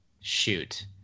Shoot